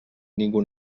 ningú